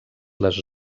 les